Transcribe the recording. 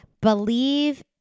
believe